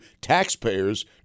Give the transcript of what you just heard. taxpayers